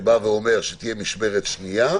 שאומר שתהיה משמרת שניה,